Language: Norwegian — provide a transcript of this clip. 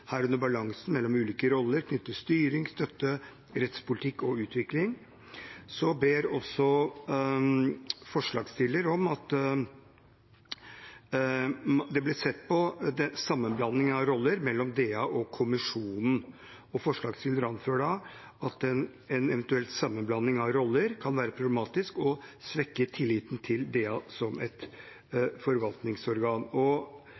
herunder balansen mellom ulike roller knyttet til styring og støtte, rettspolitikk og utvikling. Så ber også forslagsstiller om at man ser på en sammenblanding av roller mellom DA og kommisjonen, og forslagsstiller anfører at en eventuell sammenblanding av roller kan være problematisk og svekke tilliten til DA som et forvaltningsorgan. Så sier selvsagt forslagsstilleren at evalueringen må foretas av en uavhengig aktør, og